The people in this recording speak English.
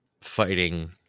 fighting